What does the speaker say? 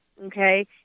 okay